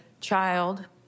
child